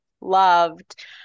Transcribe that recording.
loved